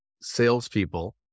salespeople